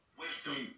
wisdom